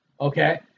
Okay